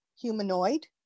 humanoid